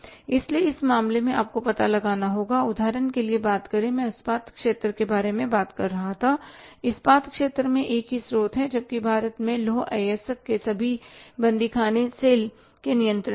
इसलिए इस मामले में आपको पता लगाना होगा उदाहरण के लिए बात करें तो मैं इस्पात क्षेत्र के बारे में बात कर रहा था इस्पात क्षेत्र में एक ही स्रोत है क्योंकि भारत में लौह अयस्क के सभी बंदी खाने सेल के नियंत्रण में है